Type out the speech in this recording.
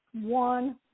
one